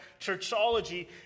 churchology